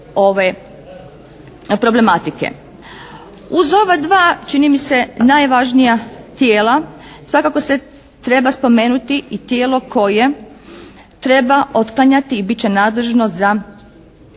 Uz ova dva čini mi se najvažnija tijela, svakako se treba spomenuti i tijelo koje treba otklanjati i bit će nadležno za